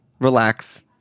Relax